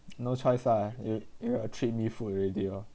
no choice ah you you got to treat me food already lor